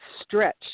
stretch